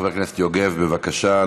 חבר הכנסת יוגב, בבקשה.